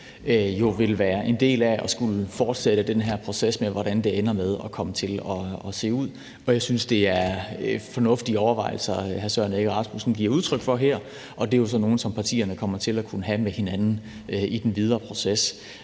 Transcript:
vil være en del af at skulle fortsætte den her proces med, hvordan det ender med at komme til at se ud. Jeg synes, det er fornuftige overvejelser, hr. Søren Egge Rasmussen giver udtryk for her, og det er jo så nogle, som partierne kommer til at kunne have med hinanden i den videre proces.